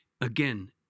Again